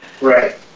Right